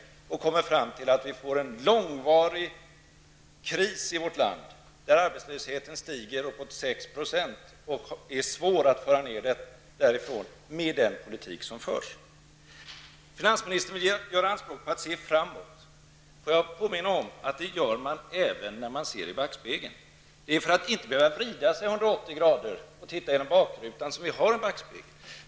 Man har kommit fram till att vi får en långvarig kris i vårt land, där arbetslösheten kommer att stiga till uppåt 6 % och blir svår att få ner med den politik som förs. Finansministern gjorde anspråk på att se framåt. Får jag påminna om att man gör det även när man ser i backspegeln. Det är för att inte behöva vrida sig 180 grader och titta genom bakrutan som vi har en backspegel.